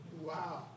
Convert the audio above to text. Wow